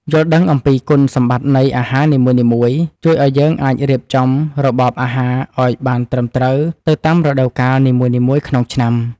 យល់ដឹងអំពីគុណសម្បត្តិនៃអាហារនីមួយៗជួយឱ្យយើងអាចរៀបចំរបបអាហារឱ្យបានត្រឹមត្រូវទៅតាមរដូវកាលនីមួយៗក្នុងឆ្នាំ។